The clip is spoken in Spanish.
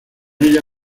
ella